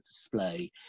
display